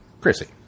Chrissy